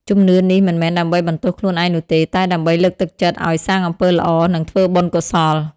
ជំនឿនេះមិនមែនដើម្បីបន្ទោសខ្លួនឯងនោះទេ តែដើម្បីលើកទឹកចិត្តឱ្យសាងអំពើល្អ និងធ្វើបុណ្យកុសល។